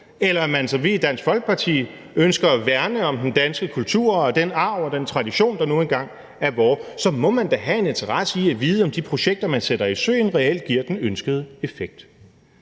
eller man – som vi i Dansk Folkeparti – ønsker at værne om den danske kultur og den arv og den tradition, der nu engang er vor, må man da have en interesse i at vide, om de projekter, man sætter i søen, reelt giver den ønskede effekt.